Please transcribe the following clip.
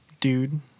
dude